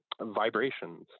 vibrations